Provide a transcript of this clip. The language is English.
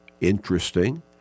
Interesting